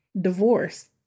Divorce